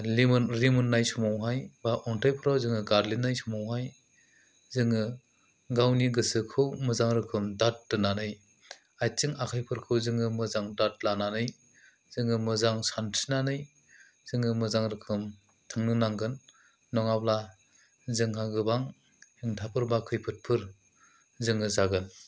लिमोन रिमोननाय समावहाय अन्थाइफ्राव जोङो गादलिननाय समावहाय जोङो गावनि गोसोखौ मोजां रोखोम दाद दोननानै आयथिं आखायफोरखौ जोङो मोजां दाद लानानै जोङो मोजां सानस्रिनानै जोङो मोजां रोखोम थांनो नागोन नङाब्ला जोंहा गोबां हेंथाफोर बा खैफोदफोर जोङो जागोन